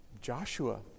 Joshua